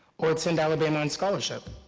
or attend alabama on scholarship.